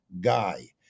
guy